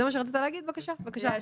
בבקשה.